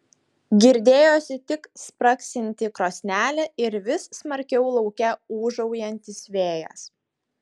girdėjosi tik spragsinti krosnelė ir vis smarkiau lauke ūžaujantis vėjas